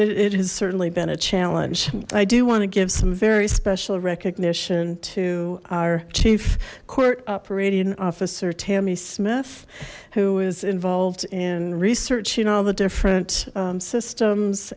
it has certainly been a challenge i do want to give some very special recognition to our chief court operating officer tammy smith who was involved in researching all the different systems